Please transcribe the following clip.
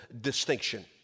distinction